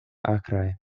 akraj